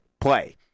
play